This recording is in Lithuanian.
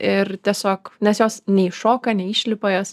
ir tiesiog nes jos neiššoka neišlipa jos